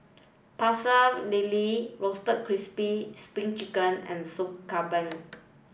Pecel Lele roasted crispy spring chicken and Sop Kambing